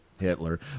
Hitler